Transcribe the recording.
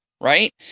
right